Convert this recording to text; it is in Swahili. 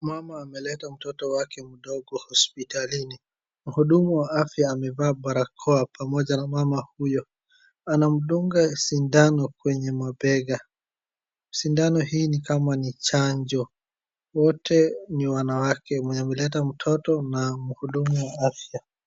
Mama ameleta mtoto wake mdogo hospitalini. Mhudumu wa afya amevaa barakoa pamoja na mama huyo. Anamdunga sindano kwenye mabega. Sindano hii ni kama ni chanjo. Wote ni wanawake, mwenye ameleta mtoto na mhudumu wa afya.